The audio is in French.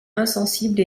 insensible